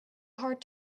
hard